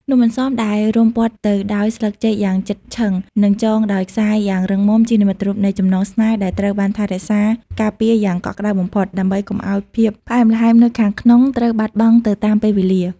នំអន្សមដែលរុំព័ទ្ធទៅដោយស្លឹកចេកយ៉ាងជិតឈឹង និងចងដោយខ្សែយ៉ាងរឹងមាំ ជានិមិត្តរូបនៃចំណងស្នេហ៍ដែលត្រូវបានថែរក្សាការពារយ៉ាងកក់ក្ដៅបំផុត ដើម្បីកុំឱ្យភាពផ្អែមល្ហែមនៅខាងក្នុងត្រូវបាត់បង់ទៅតាមពេលវេលា។